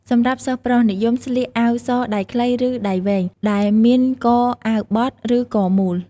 សម្រាប់សិស្សប្រុស និយមស្លៀក អាវសដៃខ្លី ឬ ដៃវែង ដែលមានកអាវបត់ ឬកមូល។